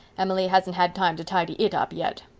emily hasn't had time to tidy it up yet.